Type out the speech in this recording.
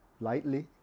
lightly